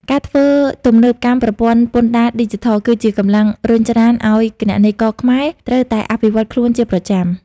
ការធ្វើទំនើបកម្មប្រព័ន្ធពន្ធដារឌីជីថល គឺជាកម្លាំងរុញច្រានឱ្យគណនេយ្យករខ្មែរត្រូវតែអភិវឌ្ឍខ្លួនជាប្រចាំ។